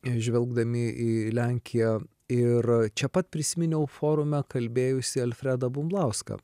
žvelgdami į lenkiją ir čia pat prisiminiau forume kalbėjusį alfredą bumblauską